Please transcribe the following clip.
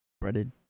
breaded